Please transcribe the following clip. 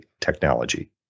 technology